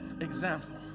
example